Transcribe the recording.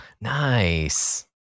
Nice